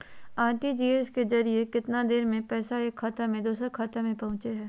RTGS के जरिए कितना देर में पैसा एक खाता से दुसर खाता में पहुचो है?